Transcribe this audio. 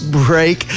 break